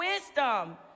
wisdom